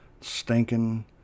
stinking